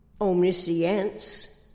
omniscience